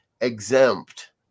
exempt